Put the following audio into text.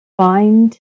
find